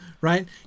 right